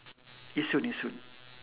yishun yishun